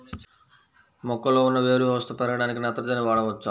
మొక్కలో ఉన్న వేరు వ్యవస్థ పెరగడానికి నత్రజని వాడవచ్చా?